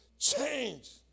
Change